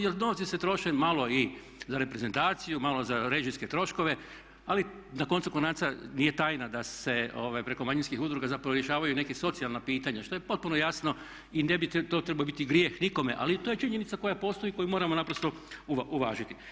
Jer novci se troše malo i za reprezentaciju, malo za režijske troškove, ali na koncu konaca nije tajna da se preko manjinskih udruga zapravo rješavaju neka socijalna pitanja što je potpuno jasno i ne bi to trebao biti grijeh nikome, ali to je činjenica koja postoji i koju moramo naprosto uvažiti.